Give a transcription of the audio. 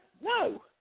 No